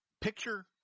picture